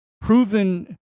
proven